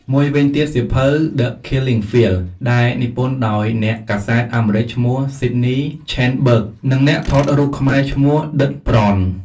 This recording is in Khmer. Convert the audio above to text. មួយវិញទៀត សៀវភៅ The Killing Fields ដែលនិពន្ធដោយអ្នកកាសែតអាមេរិកឈ្មោះ ស៊ីដនី ស្ឆេនបឺគ Sydney Schanberg និងអ្នកថតរូបខ្មែរឈ្មោះ ឌិត ប្រន។